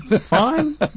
Fine